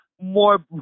more